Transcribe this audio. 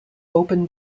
open